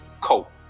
cope